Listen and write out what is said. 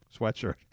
sweatshirt